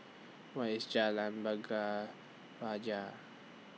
Where IS Jalan Bunga Raya